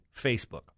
Facebook